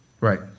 Right